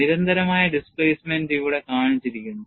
നിരന്തരമായ ഡിസ്പ്ലേസ്മെന്റ് ഇവിടെ കാണിച്ചിരിക്കുന്നു